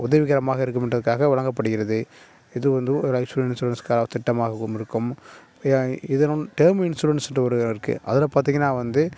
உதவிகரமாக இருக்குமென்றத்துக்காக வழங்கப்படுகிறது இது வந்து ஒரு லைஃப் இன்ஷூரன்ஸ் கா திட்டமாகவும் இருக்கும் ஏ இது வந் டேர்ம் இன்ஷூரன்ஸுன்ற ஒரு இருக்குது அதில் பார்த்தீங்கன்னா வந்து